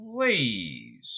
Please